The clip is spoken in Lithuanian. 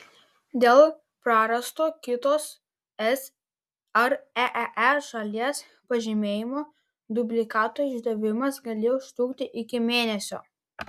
dėl prarasto kitos es ar eee šalies pažymėjimo dublikato išdavimas galėjo užtrukti iki mėnesio